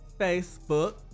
Facebook